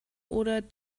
oder